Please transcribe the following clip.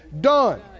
Done